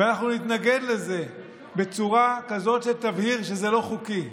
ואנחנו נתנגד לזה בצורה כזאת שתבהיר שזה לא חוקי.